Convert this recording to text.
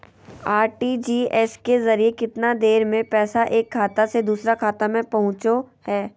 RTGS के जरिए कितना देर में पैसा एक खाता से दुसर खाता में पहुचो है?